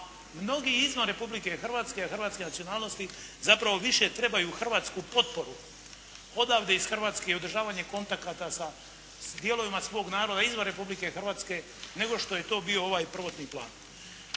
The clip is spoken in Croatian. mnogi izvan Republike Hrvatske a hrvatske nacionalnosti zapravo više trebaju hrvatsku potporu odavde iz Hrvatske i održavanje kontakata sa dijelovima svog naroda izvan Republike Hrvatske nego što je to bio ovaj prvotni plan.